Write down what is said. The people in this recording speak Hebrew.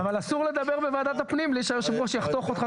אבל אסור לדבר בוועדת הפנים בלי שהיו"ר יחתוך אותך